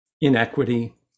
inequity